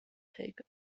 take